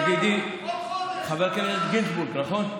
ידידי חבר הכנסת גינזבורג, נכון?